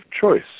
choice